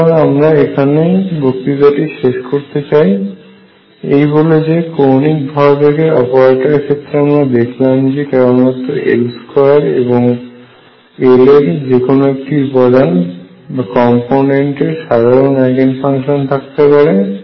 সুতরাং আমরা এখানেই বক্তৃতাটি শেষ করতে চাই এই বলে যে কৌণিক ভরবেগের অপারেটরের ক্ষেত্রে আমরা দেখলাম যে কেবলমাত্র L2 এবং Lএর যে কোন একটি উপাদান এর সাধারণ আইগেন ফাংশন থাকতে পারে